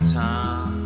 time